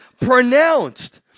pronounced